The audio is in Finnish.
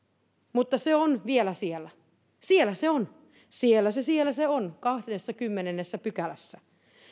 mutta se on vielä siellä siellä se on siellä siellä se on kahdennessakymmenennessä pykälässä